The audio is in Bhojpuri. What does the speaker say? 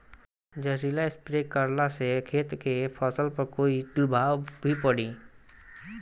जहरीला स्प्रे करला से खेत के फसल पर कोई दुष्प्रभाव भी पड़ी?